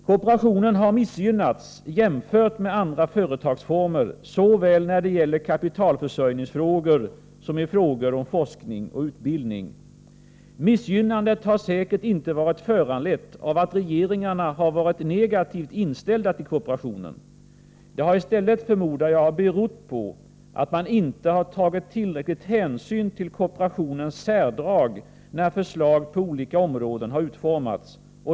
Kooperationen har missgynnats jämfört med andra företagsformer såväl när det gäller kapitalförsörjningsfrågor som i frågor om forskning och utbildning. Missgynnandet har säkert inte varit föranlett av att regeringarna har varit negativt inställda till kooperationen. Det har i stället, förmodar jag, berott på att man inte har tagit tillräcklig hänsyn till kooperationens särdrag när förslag på olika områden har utformats.